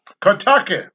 Kentucky